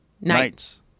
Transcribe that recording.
Nights